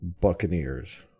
Buccaneers